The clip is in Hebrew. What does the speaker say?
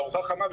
וארוחה חמה,